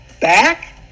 back